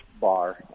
bar